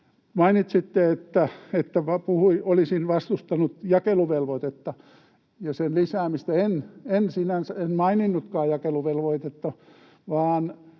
Mainitsitte, että olisin vastustanut jakeluvelvoitetta ja sen lisäämistä. En sinänsä, enkä maininnutkaan jakeluvelvoitetta,